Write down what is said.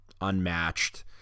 unmatched